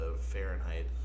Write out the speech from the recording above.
Fahrenheit